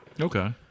Okay